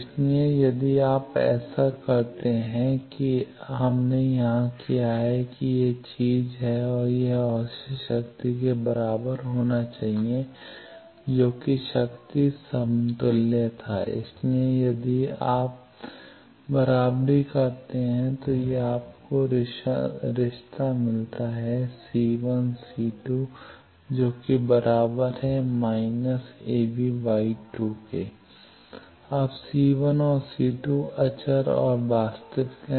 इसलिए यदि आप ऐसा करते हैं कि अब हमने यहां किया है कि ये चीज हैं और यह औसत शक्ति के बराबर होना चाहिए जो कि शक्ति समतुल्य हिस्सा था इसलिए यदि आप बराबरी करते हैं कि आपको ये रिश्ता मिलता है अब C1 और C2 अचर और वास्तविक हैं